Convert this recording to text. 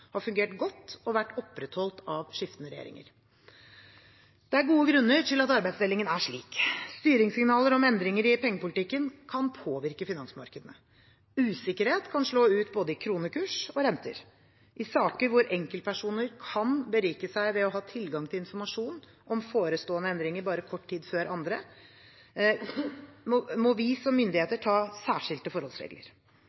har fungert godt og vært opprettholdt av skiftende regjeringer. Det er gode grunner til at arbeidsdelingen er slik. Styringssignaler om endringer i pengepolitikken kan påvirke finansmarkedene. Usikkerhet kan slå ut i både kronekurs og renter. I saker hvor enkeltpersoner kan berike seg ved å ha tilgang til informasjon om forestående endringer bare kort tid før andre, må vi som myndigheter